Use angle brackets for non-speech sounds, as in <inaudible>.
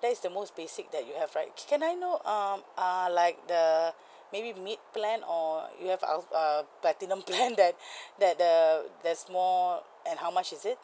that is the most basic that you have right can can I know um uh like the maybe mid-plan or you have uh a platinum <laughs> plan that that the there's more and how much is it